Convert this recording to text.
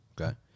Okay